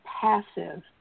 passive